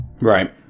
Right